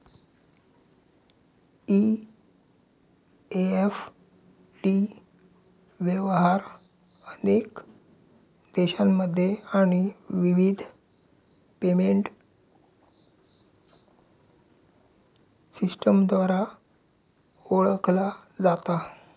EFT व्यवहार अनेक देशांमध्ये आणि विविध पेमेंट सिस्टमद्वारा ओळखला जाता